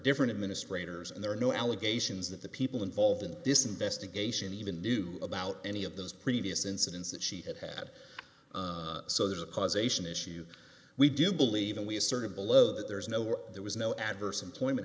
different administrators and there are no allegations that the people involved in this investigation even knew about any of those previous incidents that she had had so there's a causation issue we do believe and we asserted below that there is no or there was no adverse employment